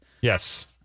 Yes